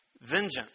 Vengeance